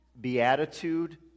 beatitude